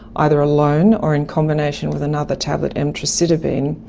either alone or in combination with another tablet, emtricitabine,